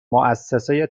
مؤسسه